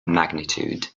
magnitude